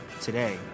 Today